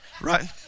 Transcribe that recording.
Right